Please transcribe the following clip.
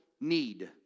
need